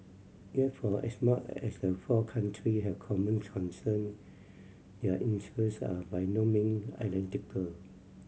yet for as much as the four country have common concern their interest are by no mean identical